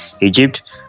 Egypt